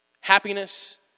happiness